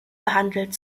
behandelt